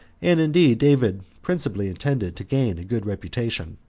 and indeed david principally intended to gain a good reputation,